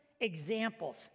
examples